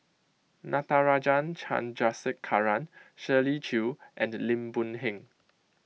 Natarajan Chandrasekaran Shirley Chew and Lim Boon Heng